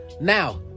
Now